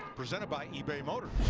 presented by ebay motors.